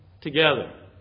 together